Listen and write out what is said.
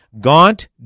Gaunt